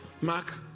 Mark